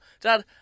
Dad